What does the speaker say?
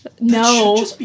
No